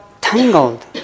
tangled